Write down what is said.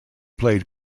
played